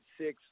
six